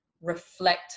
reflect